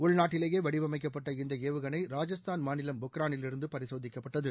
உள்நாட்டிலேயே வடிவமைக்கப்பட்ட இந்த ஏவுகணை ராஜஸ்தான் மாநிலம் பென்ரானிலிருந்து பரிசோதிக்கப்பட்டது